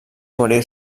guarir